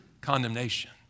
condemnation